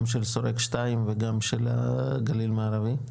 גם של שורק 2 וגם של הגליל המערבי?